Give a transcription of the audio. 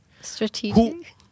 Strategic